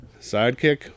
sidekick